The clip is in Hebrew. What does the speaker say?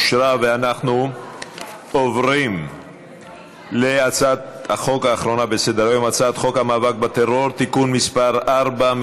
חוק ומשפט בדבר פיצול הצעת חוק בתי המשפט (תיקון מס' 90)